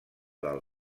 del